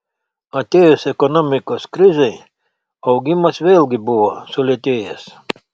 atėjus ekonomikos krizei augimas vėlgi buvo sulėtėjęs